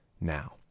now